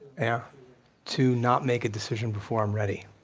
yeah to not make a decision before i'm ready,